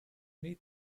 need